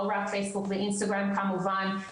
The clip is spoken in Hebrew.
לא רק פייסבוק ואינסטגרם כמובן,